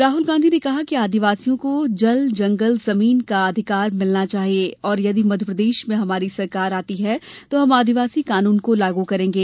राहल गांधी ने कहा कि आदिवासियों को जल जंगल जमीन का अधिकार मिलना चाहिये और यदि मध्यप्रदेश में हमारी सरकार आती है तो हम आदिवासी कानून को लागू करेंगे